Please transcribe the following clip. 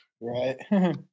Right